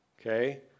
okay